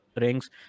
rings